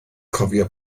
cofio